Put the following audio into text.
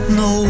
no